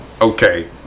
Okay